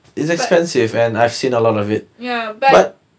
but ya but